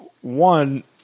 One